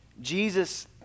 Jesus